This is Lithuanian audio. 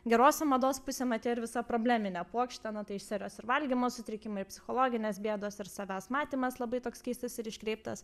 gerosiom mados pusėm atėjo ir visa probleminė puokštė na tai iš serijos ir valgymo sutrikimai ir psichologinės bėdos ir savęs matymas labai toks keistas ir iškreiptas